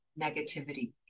negativity